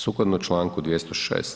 Sukladno Članku 206.